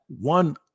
one